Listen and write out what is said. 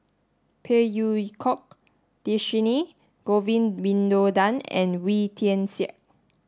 Phey Yew Kok Dhershini Govin Winodan and Wee Tian Siak